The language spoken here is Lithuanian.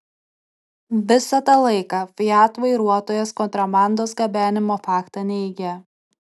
visą tą laiką fiat vairuotojas kontrabandos gabenimo faktą neigė